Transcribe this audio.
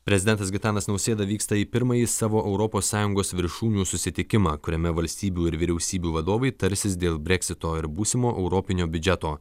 prezidentas gitanas nausėda vyksta į pirmąjį savo europos sąjungos viršūnių susitikimą kuriame valstybių ir vyriausybių vadovai tarsis dėl breksito ir būsimo europinio biudžeto